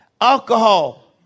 Alcohol